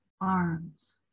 arms